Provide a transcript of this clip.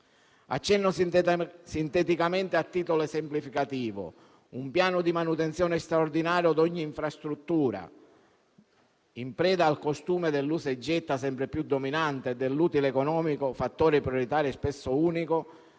Accenno sinteticamente, a titolo esemplificativo, a un piano di manutenzione straordinario di ogni infrastruttura. In preda al costume dell'usa e getta, sempre più dominante, e dell'utile economico, fattore prioritario spesso unico,